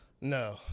No